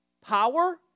power